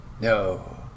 No